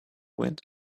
wind